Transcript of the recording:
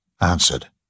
answered